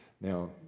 Now